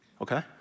Okay